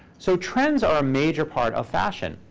so trends are a major part of fashion.